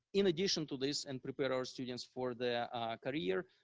in addition to this, and prepare our students for the career.